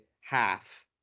half